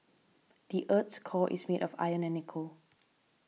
the earth's core is made of iron and nickel